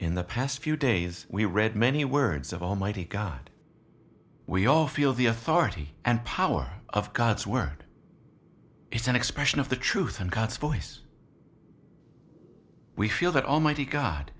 in the past few days we read many words of almighty god we all feel the authority and power of god's word is an expression of the truth and guts voice we feel that almighty god